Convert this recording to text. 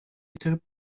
بطور